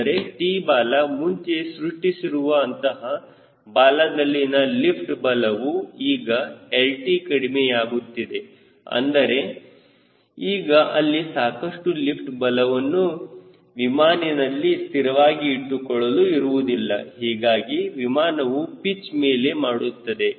ಅಂದರೆ T ಬಾಲ ಮುಂಚೆ ಸೃಷ್ಟಿಸಿರುವ ಅಂತಹ ಬಾಲ ದಲ್ಲಿನ ಲಿಫ್ಟ್ ಬಲವು ಈಗ Lt ಕಡಿಮೆಯಾಗುತ್ತಿದೆ ಅಂದರೆ ಈಗ ಅಲ್ಲಿ ಸಾಕಷ್ಟು ಲಿಫ್ಟ್ ಬಲವು ವಿಮಾನವನ್ನು ಸ್ಥಿರವಾಗಿ ಇಟ್ಟುಕೊಳ್ಳಲು ಇರುವುದಿಲ್ಲ ಹೀಗಾಗಿ ವಿಮಾನವು ಪಿಚ್ಮೇಲೆ ಮಾಡುತ್ತದೆ